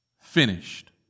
finished